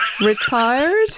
Retired